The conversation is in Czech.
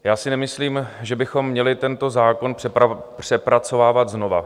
Já si nemyslím, že bychom měli tento zákon přepracovávat znova.